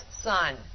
son